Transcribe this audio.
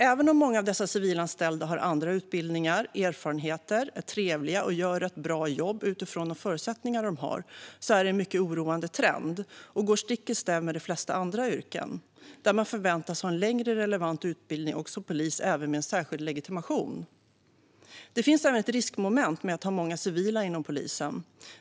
Även om många av dessa civilanställda har andra utbildningar och erfarenheter, är trevliga och gör ett bra jobb utifrån de förutsättningar de har är detta en mycket oroande trend som går stick i stäv med utvecklingen inom de flesta andra yrken, där man förväntas ha en längre relevant utbildning och som polis även en särskild legitimation. Det finns även ett riskmoment med att ha många civila inom polisen.